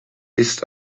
ist